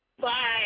Bye